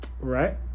Right